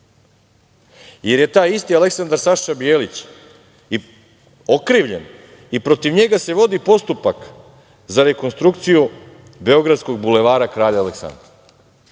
jer je taj isti Aleksandar Saša Bijelić i okrivljen i protiv njega se vodi postupak za rekonstrukciju beogradskog Bulevara kralja Aleksandra.E,